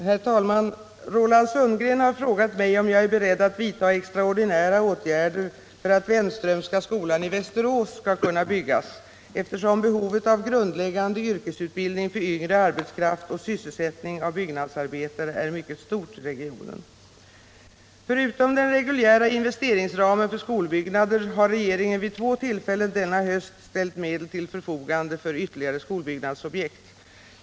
Herr talman! Roland Sundgren har frågat mig om jag är beredd att vidta extraordinära åtgärder för att Wenströmska skolan i Västerås skall kunna byggas, eftersom behovet av grundläggande yrkesutbildning för yngre arbetskraft och sysselsättning av byggnadsarbetare är mycket stort i regionen. Förutom den reguljära investeringsramen för skolbyggnader har regeringen vid två tillfällen denna höst ställt medel till förfogande för ytterligare skolbyggnadsobjekt.